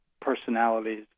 personalities